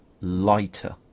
lighter